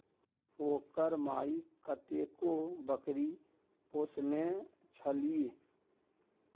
ओकर माइ कतेको बकरी पोसने छलीह